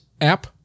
app